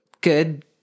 good